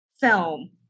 film